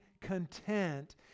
content